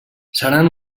seran